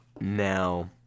Now